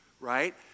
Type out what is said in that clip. Right